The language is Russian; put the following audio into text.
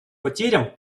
потерям